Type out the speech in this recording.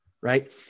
right